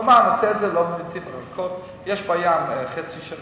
אבל מה, נעשה את זה לא לעתים רחוקות.